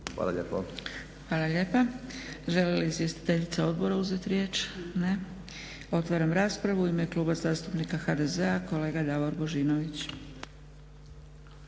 Dragica (SDP)** Hvala lijepa. Žele li izvjestiteljica odbora uzeti riječ? Ne. Otvaram raspravu. U ime Kluba zastupnika HDZ-a kolega Davor Božinović.